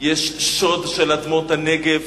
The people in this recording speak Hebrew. יש שוד של אדמות הנגב,